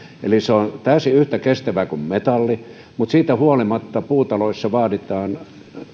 eli se on täysin yhtä kestävää kuin metalli ja siitä huolimatta puutaloissa vaaditaan minä en tiedä